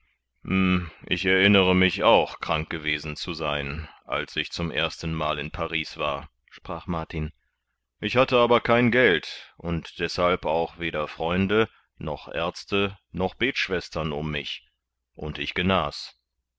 ich erinnere mich auch krank gewesen zu sein als ich zum ersten mal in paris war sprach martin ich hatte aber kein geld und deßhalb auch weder freunde noch aerzte noch betschwestern um mich und ich genas